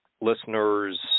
listeners